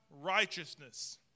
righteousness